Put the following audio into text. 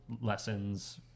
lessons